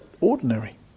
ordinary